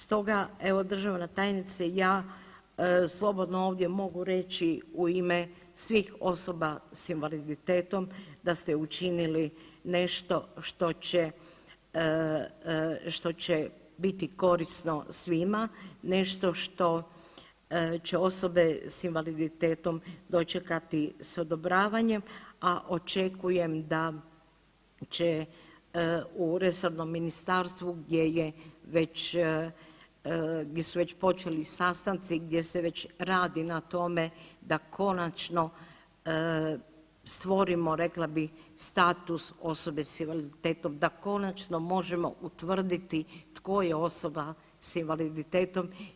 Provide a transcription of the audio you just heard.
Stoga evo državna tajnice ja slobodno ovdje mogu reći u ime svih osoba sa invaliditetom da ste učinili nešto što će biti korisno svima, nešto što će osobe sa invaliditetom dočekati sa odobravanjem, a očekujem da će u resornom ministarstvu gdje su već počeli sastanci, gdje se već radi na tome da konačno stvorimo rekla bih status osobe sa invaliditetom, da konačno možemo utvrditi tko je osoba sa invaliditetom.